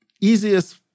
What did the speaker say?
easiest